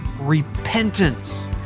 repentance